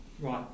right